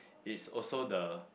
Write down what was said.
it's also the